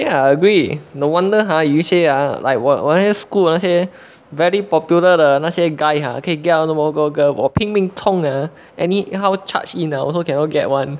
ya agree no wonder ha 有一些 ah like 我我那些 school 那些 very popular 的那些 guy ha 可以 get 到那麽多 girl 我拼命冲啊 any how charged in a also cannot get [one]